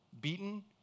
beaten